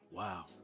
Wow